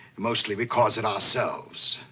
mostly, we cause it ourselves.